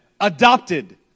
adopted